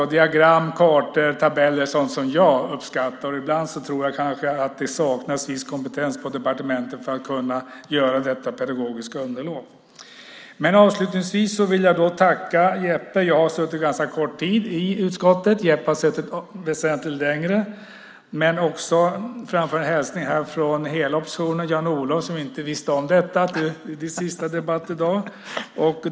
Diagram, kartor och tabeller är sådant som jag uppskattar, och ibland tror jag kanske att det saknas viss kompetens på departementen för att kunna göra detta pedagogiska underlag. Avslutningsvis vill jag tacka Jeppe. Jag har suttit ganska kort tid i utskottet, och Jeppe har suttit väsentligt längre. Jag vill också framföra en hälsning från hela oppositionen, liksom från Jan-Olof som inte visste om att det är din sista debatt i dag.